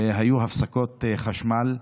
היו הפסקות חשמל.